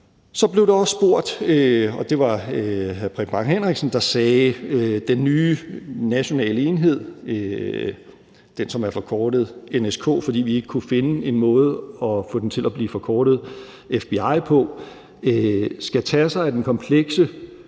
Så blev der også spurgt om noget andet. Det var hr. Preben Bang Henriksen, der sagde, at den nye nationale enhed, den, som er forkortet NSK, fordi vi ikke kunne finde en måde at få den til at blive forkortet FBI på, skal tage sig af den komplekse,